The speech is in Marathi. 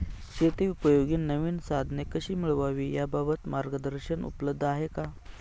शेतीउपयोगी नवीन साधने कशी मिळवावी याबाबत मार्गदर्शन उपलब्ध आहे का?